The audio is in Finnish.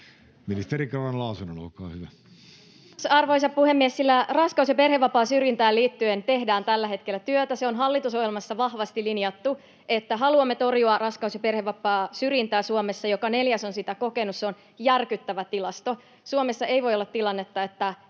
Time: 16:32 Content: Arvoisa puhemies! Raskaus- ja perhevapaasyrjintään liittyen tehdään tällä hetkellä työtä. Se on hallitusohjelmassa vahvasti linjattu, että haluamme torjua raskaus- ja perhevapaasyrjintää Suomessa. Joka neljäs on sitä kokenut. Se on järkyttävä tilasto. Suomessa ei voi olla tilannetta, että